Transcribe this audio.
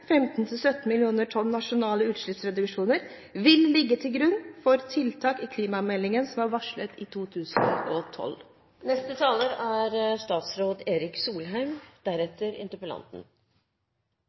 tonn nasjonale utslippsreduksjoner, vil ligge til grunn for tiltakene i klimameldingen som er varslet i 2012?